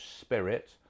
Spirit